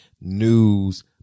news